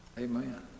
amen